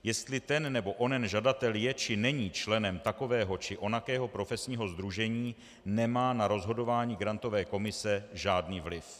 Jestli ten nebo onen žadatel je či není členem takového či onakého profesního sdružení, nemá na rozhodování grantové komise žádný vliv.